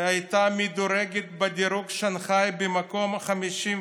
הייתה מדורגת בדירוג שנחאי במקום 53